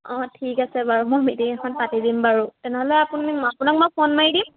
অঁ ঠিক আছে বাৰু মই মিটিং এখন পাতি দিম বাৰু তেনেহ'লে আপুনি আপোনাক মই ফোন মাৰি দিম